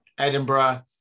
Edinburgh